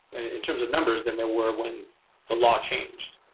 in terms of numbers, than there were when the law changed.